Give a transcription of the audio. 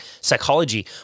psychology